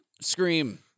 Scream